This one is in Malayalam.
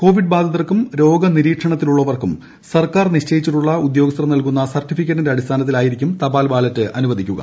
കോവിഡ് ബാധിതർക്കും രോഗ നിരീക്ഷണത്തിലുള്ളവർക്കും സർക്കാർ നിശ്ചയിച്ചിട്ടുള്ള ഉദ്യോഗസ്ഥർ നൽകുന്ന സർട്ടിഫിക്കറ്റിന്റെ അടിസ്ഥാനത്തി ലായിരിക്കും തപാൽ ബാലറ്റ് അനുവദിക്കുക